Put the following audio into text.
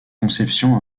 conception